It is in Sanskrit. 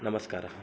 नमस्कारः